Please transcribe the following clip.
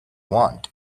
want